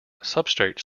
substrate